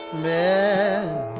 men